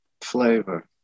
flavor